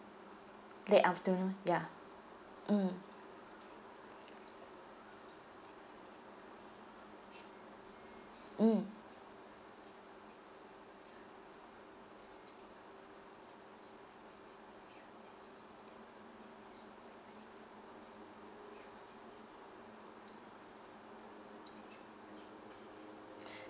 late afternoon ya mm mm